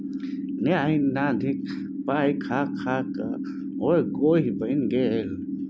न्यास निधिक पाय खा खाकए ओ गोहि बनि गेलै